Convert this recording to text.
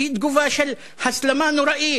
שהיא תגובה של הסלמה נוראית,